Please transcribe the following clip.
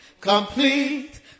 Complete